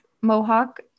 Mohawk